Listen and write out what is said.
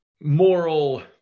moral